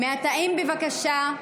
בבקשה.